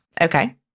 Okay